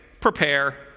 prepare